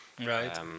Right